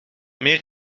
meer